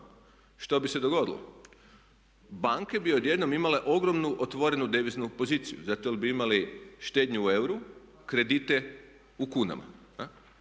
što bi se dogodilo? Banke bi odjednom imale ogromnu otvorenu deviznu poziciju, zato jer bi imali štednju u euru, kredite u kunama.